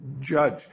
judge